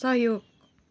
सहयोग